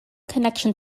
connection